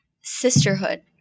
sisterhood